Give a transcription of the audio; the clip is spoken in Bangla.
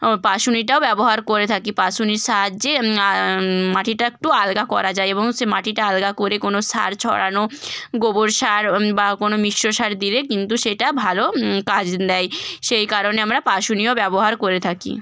ও পাসুনিটাও ব্যবহার করে থাকি পাসুনির সাহায্যে মাটিটা একটু আলগা করা যায় এবং সে মাটিটা আলগা করে কোনো সার ছড়ানো গোবর সার বা কোনো মিশ্র সার দিলে কিন্তু সেটা ভালো কাজ দেয় সেই কারণে আমরা পাসুনিও ব্যবহার করে থাকি